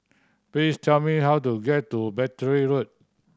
please tell me how to get to Battery Road